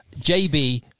JB